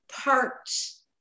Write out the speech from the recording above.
parts